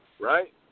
right